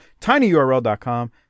tinyurl.com